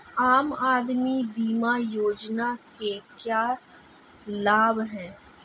आम आदमी बीमा योजना के क्या लाभ हैं?